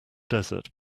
desert